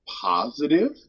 positive